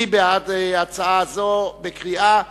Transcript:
(הוראת שעה) מי בעד הצעה זו בקריאה שלישית?